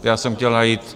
Já jsem chtěl najít...